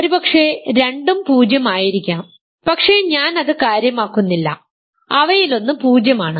ഒരുപക്ഷേ രണ്ടും 0 ആയിരിക്കാം പക്ഷെ ഞാൻ അത് കാര്യമാക്കുന്നില്ല അവയിലൊന്ന് 0 ആണ്